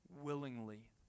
willingly